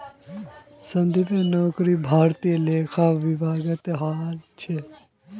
संदीपेर नौकरी भारतीय लेखा विभागत हल छ